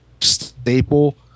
staple